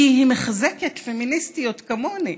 כי היא מחזקת פמיניסטיות כמוני,